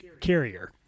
Carrier